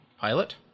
pilot